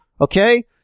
Okay